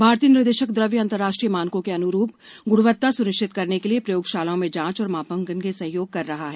भारतीय निर्देशक द्रव्य अंतरराष्ट्रीय मानकों के अनुरूप गुणवत्ता सुनिश्चित करने के लिए प्रयोगशालाओं में जांच और मापांकन में सहयोग कर रहा है